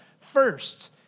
first